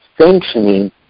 sanctioning